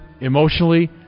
emotionally